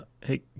Hey